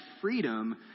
freedom